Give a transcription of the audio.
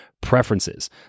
preferences